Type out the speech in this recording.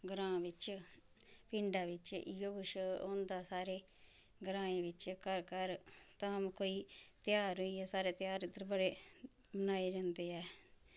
ग्रांऽ बिच्च पिण्डा बिच्च इ'यै किश होंदे सारे ग्राएं बिच्च घर घर धाम कोई ध्यार होई गेआ साढ़ै त्यहार इद्धर बड़े बनाए जंदे ऐ